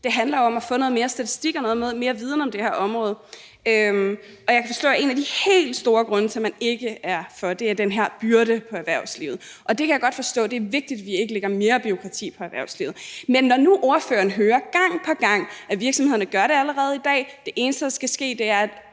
det handler om at få noget mere statistik og noget mere viden om det her område, men jeg kan forstå, at en af de helt store grunde til, at man ikke er for, er den her byrde på erhvervslivet. Det kan jeg godt forstå, for det er vigtigt, at vi ikke lægger mere bureaukrati på erhvervslivet. Men når nu ordføreren gang på gang hører, at virksomhederne allerede gør det i dag, det eneste, der skal ske, er,